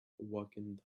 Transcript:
walking